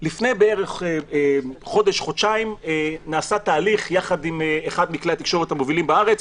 לפני כחודש חודשיים נעשה תהליך ביחד עם אחד מכלי התקשורת המובילים בארץ,